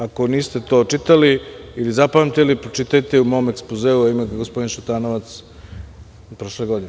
Ako niste to čitali ili zapamtili, pročitajte u mom ekspozeu, evo, ima ga gospodin Šutanovac, od prošle godine.